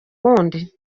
wundi